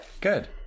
Good